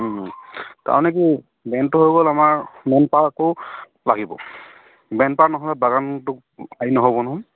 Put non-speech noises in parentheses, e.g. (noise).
তাৰমানে কি (unintelligible) হৈ গ'ল আমাৰ মেন পাৱাৰ আকৌ লাগিব মেন পাৱাৰ নহ'লে বাগানটো হেৰি নহ'ব নহয়